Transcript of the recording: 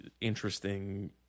interesting